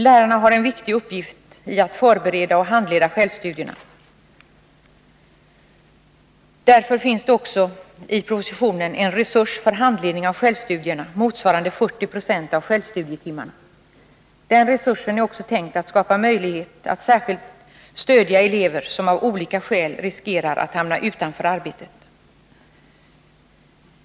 Lärarna har en viktig uppgift i att förbereda och handleda självstudierna. Därför föreslås också i propositionen en resurs för handledning av självstudierna motsvarande 40 26 av självstudietimmarna. Den resursen är också tänkt att skapa möjlighet att särskilt stödja elever som av olika skäl riskerar att hamna utanför arbetet.